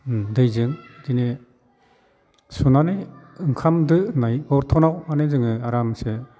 दैजों बिदिनो सुनानै ओंखाम दो होनाय बर्थनआव मानि जोङो आरामसो